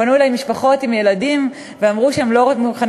פנו אלי משפחות עם ילדים ואמרו שהם לא מוכנים